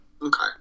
Okay